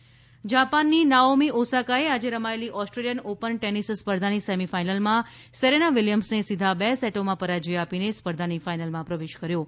tennis update જાપાનની Naomi ઓસાકાએ રમાયેલી ઓસ્ટ્રેલિયન ઓપન ટેનિસ સ્પર્ધાની સેમિફાઈનલમાં સેરેના વિલિયમ્સને સીધા બે સેટોમાં પરાજય આપીને સ્પર્ધાની ફાઈનલમાં પ્રવેશ કર્યો છે